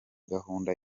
gahunda